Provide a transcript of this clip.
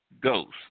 Ghost